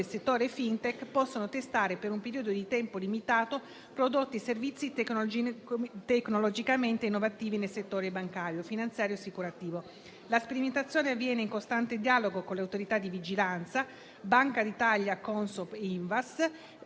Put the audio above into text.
del settore FinTech possono testare, per un periodo di tempo limitato, prodotti e servizi tecnologicamente innovativi nel settore bancario, finanziario e assicurativo. La sperimentazione avviene in costante dialogo con le autorità di vigilanza (Banca d'Italia, Consob e Ivass),